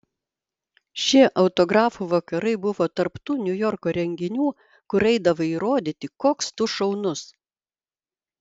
šie autografų vakarai buvo tarp tų niujorko renginių kur eidavai įrodyti koks tu šaunus